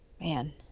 Man